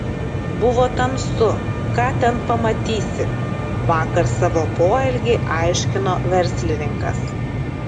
buvo tamsu ką ten pamatysi vakar savo poelgį aiškino verslininkas